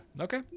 Okay